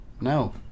No